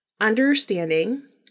understanding